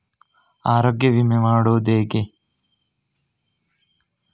ಆರೋಗ್ಯ ವಿಮೆ ಮಾಡುವುದು ಹೇಗೆ?